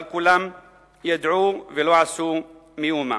אבל כולם ידעו ולא עשו מאומה.